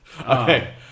Okay